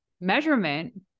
measurement